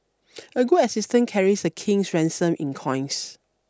a good assistant carries a king's ransom in coins